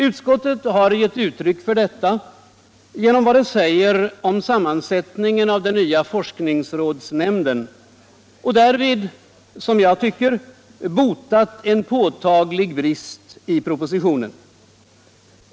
Utskottet har gett uttryck för detta genom vad utskottet säger om sammansättningen av den nya forskningsrådsnämnden — och därigenom, som jag tycker, botat en påtaglig brist i propositionen.